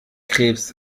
krebs